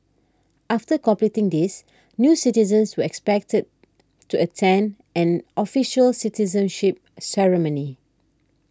after completing these new citizens were expected to attend an official citizenship ceremony